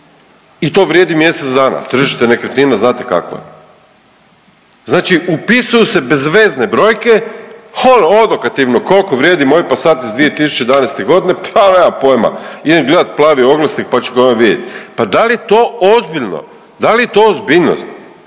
I to vrijedi mjesec dana, tržište nekretnina, znate kakvo je. Znači upisuju se bezvezne brojke, ono odokativno koliko vrijedi moj Passat iz 2011. g., pa nemam pojma, idem gledat Plavi oglasnik pa ću ga onda vidit. Pa da li je to ozbiljno, da li je to ozbiljnost?